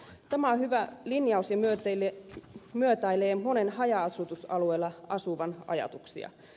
tämä on hyvä linjaus ja myötäilee monen haja asutusalueella asuvan ajatuksia